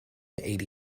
eighty